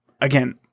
Again